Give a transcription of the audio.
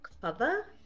cover